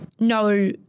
no